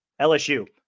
LSU